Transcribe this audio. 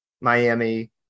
miami